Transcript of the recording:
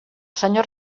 senyor